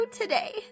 today